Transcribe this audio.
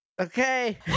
Okay